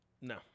No